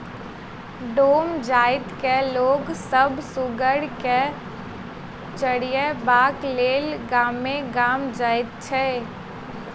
डोम जाइतक लोक सभ सुगर के चरयबाक लेल गामे गाम जाइत छै